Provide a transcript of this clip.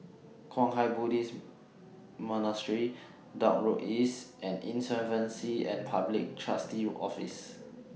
Kwang Hua Buddhist Monastery Dock Road East and Insolvency and Public Trustee's Office